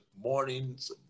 mornings